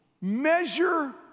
measure